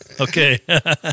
Okay